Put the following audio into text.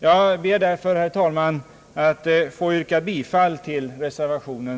Jag ber därför, herr talman, att få yrka bifall till reservationen.